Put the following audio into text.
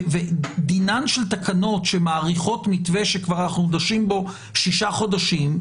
ודינן של תקנות שמאריכות מתווה שכבר אנחנו דשים בו שישה חודשים,